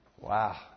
Wow